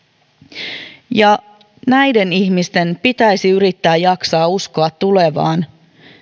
näiden ihmisten pitäisi yrittää jaksaa uskoa tulevaan